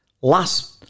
last